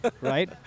right